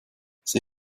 sie